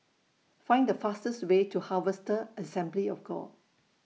Find The fastest Way to Harvester Assembly of God